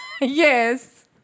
Yes